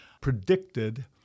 predicted